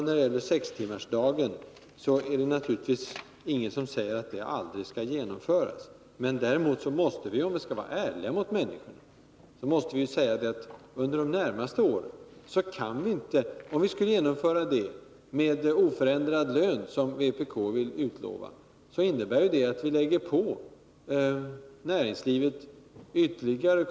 När det gäller sextimmarsdagen vill jag säga att det naturligtvis inte är någonting som säger att den aldrig skall genomföras. Däremot måste vi, om vi skall vara ärliga mot människorna, säga att vi under de närmaste åren inte kan genomföra den. Om vi skulle genomföra sextimmarsdagen med oförändrad lön — som vpk vill utlova — skulle vi öka näringslivets kostnader med 25 I ytterligare.